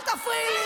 טלי,